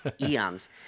eons